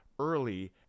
early